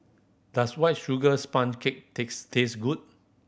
does White Sugar Sponge Cake takes taste good